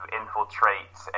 infiltrate